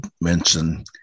mention